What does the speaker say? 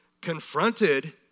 confronted